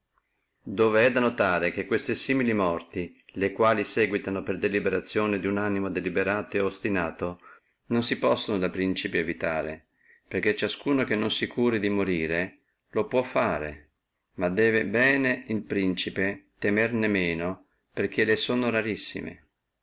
è da notare che queste simili morti le quali seguano per deliberazione duno animo ostinato sono da principi inevitabili perché ciascuno che non si curi di morire lo può offendere ma debbe bene el principe temerne meno perché le sono rarissime